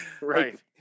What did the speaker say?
right